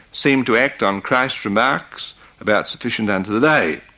seemed to act on christ's remarks about sufficient unto the day.